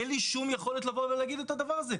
אין לי שום יכולת להגיד את זה.